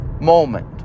moment